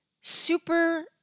super